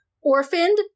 Orphaned